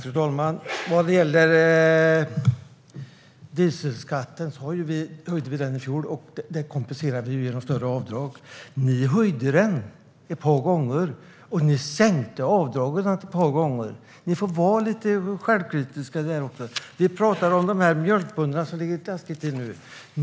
Fru talman! Vi höjde dieselskatten i fjol, och det kompenserar vi genom större avdrag. Ni höjde den ett par gånger, och ni sänkte avdragen ett par gånger. Ni får vara lite självkritiska. Vi talar om mjölkbönderna som ligger taskigt till nu.